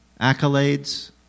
accolades